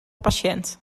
patiënt